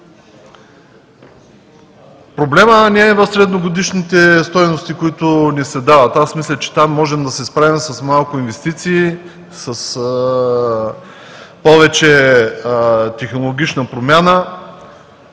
Проблемът не е в средногодишните стойности, които ни се дават. Мисля, че там можем да се справим с малко инвестиции, с повече технологична промяна.